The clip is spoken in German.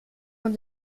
man